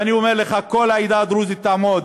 ואני אומר לך: כל העדה הדרוזית תעמוד